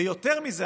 ויותר מזה,